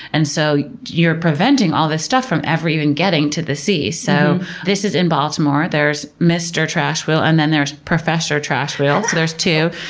and so you're preventing all this stuff from ever even getting to the sea. so this is in baltimore. there's mister trash wheel and then there's professor trash wheel, so there's two.